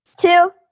two